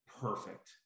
perfect